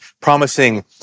promising